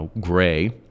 Gray